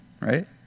right